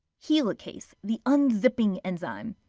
helicase the unzipping enzyme.